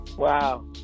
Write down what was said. wow